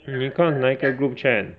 你看哪一个 group chat